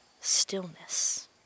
stillness